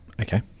Okay